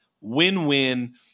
win-win